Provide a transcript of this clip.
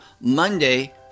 Monday